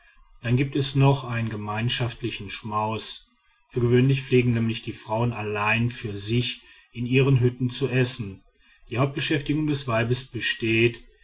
dann gibt es noch einen gemeinschaftlichen schmaus für gewöhnlich pflegen nämlich die frauen allein für sich in ihren hütten zu essen die hauptbeschäftigung des weibes besteht